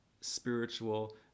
spiritual